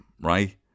right